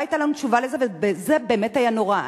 לא היתה לנו תשובה לזה וזה באמת היה נורא.